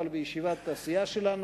אבל בישיבת הסיעה שלנו,